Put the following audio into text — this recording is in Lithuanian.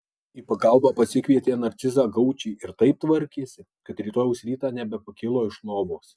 į pagalbą pasikvietė narcizą gaučį ir taip tvarkėsi kad rytojaus rytą nebepakilo iš lovos